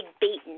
beaten